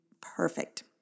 perfect